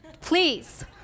please